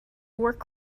work